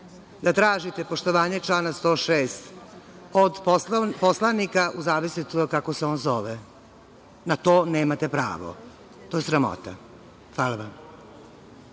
da tražite poštovanje člana 106. od poslanika u zavisnosti od toga kako se on zove. Na to nemate pravo. To je sramota. Hvala.